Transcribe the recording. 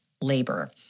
labor